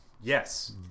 Yes